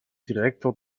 direktor